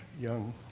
young